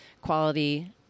quality